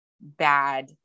bad